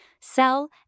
sell